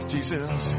Jesus